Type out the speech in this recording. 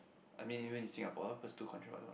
I mean even in Singapore